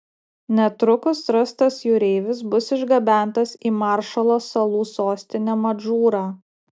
netrukus rastas jūreivis bus išgabentas į maršalo salų sostinę madžūrą